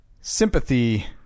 sympathy